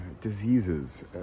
diseases